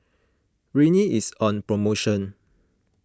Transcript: Rene is on promotion